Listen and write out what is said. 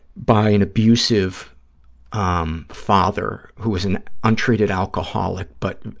by an abusive um father who was an untreated alcoholic, but